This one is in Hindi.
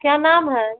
क्या नाम है